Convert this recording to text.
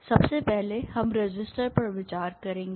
सबसे पहले हम रेसिस्टर पर विचार करेंगे